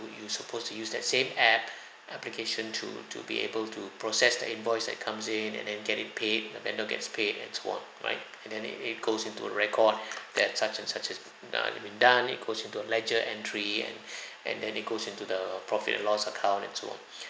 would you supposed to use that same app application to to be able to process the invoice that comes in and then get it paid the vendor gets paid and so on right and then it it goes into record that such and such has been done it goes into a ledger entry and and then it goes into the profit and loss account and so on